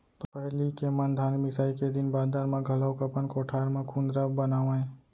पहिली के मन धान मिसाई के दिन बादर म घलौक अपन कोठार म कुंदरा बनावयँ